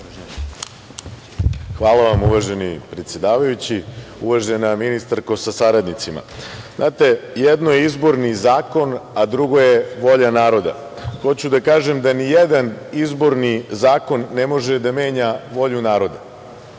Hvala vam, uvaženi predsedavajući. Uvažena ministarko sa saradnicima, jedno je izborni zakon a drugo je volja naroda. Hoću da kažem da nijedan izborni zakon ne može da menja volju naroda. Ispred